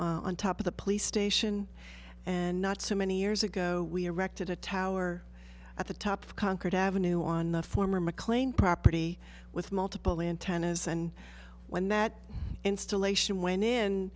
on top of the police station and not so many years ago we erected a tower at the top of concord avenue on the former mclean property with multiple antennas and when that installation went